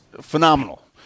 phenomenal